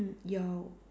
your